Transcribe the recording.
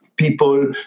people